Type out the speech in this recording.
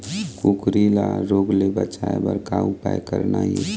कुकरी ला रोग ले बचाए बर का उपाय करना ये?